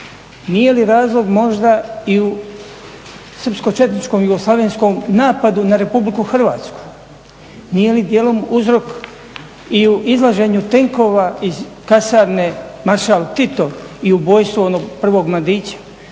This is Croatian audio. nije li razlog možda i u srpsko četničkom, jugoslavenskom napadu na Republike Hrvatske, nije li dijelom uzrok i u izlaženju tenkova iz kasarne Maršal Tito i ubojstvo onog prvog mladića,